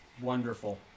wonderful